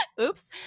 Oops